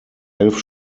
elf